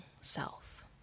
self